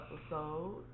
episode